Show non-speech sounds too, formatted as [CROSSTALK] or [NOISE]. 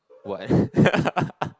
why [LAUGHS]